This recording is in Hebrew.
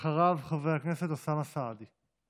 אחריו, חבר הכנסת אוסאמה סעדי.